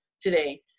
today